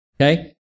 okay